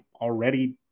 already